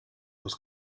was